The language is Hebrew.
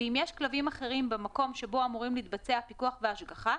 ואם יש כלבים אחרים במקום שבו אמורים להתבצע הפיקוח וההשגחה,